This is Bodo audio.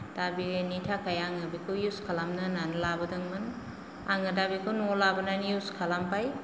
दा बेनि थाखाय आङो बेखौ इउज खालामनो होन्नानै लाबोदोंमोन आङो दा बेखौ नआव लाबोनानै इउज खालामबाय